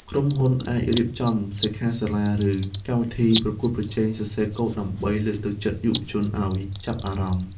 ក្រុមហ៊ុនអាចរៀបចំសិក្ខាសាលា ឬកម្មវិធីប្រកួតប្រជែងសរសេរកូដដើម្បីលើកទឹកចិត្តយុវជនឱ្យចាប់អារម្មណ៍។